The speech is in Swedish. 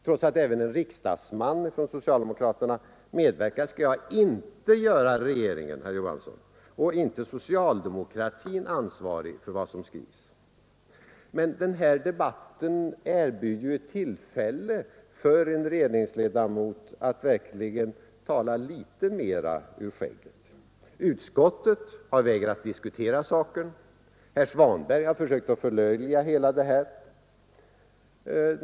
Trots att även en riksdagsman från socialdemokraterna medverkat skall jag inte — herr industriminister Johansson — göra regeringen och socialdemokratin ansvariga för vad som skrivs. Men den här debatten erbjuder ju ett tillfälle för en regeringsledamot att verkligen tala ur skägget. Utskottet har vägrat diskutera saken, och herr Svanberg har försökt att förlöjliga tanken på debatt.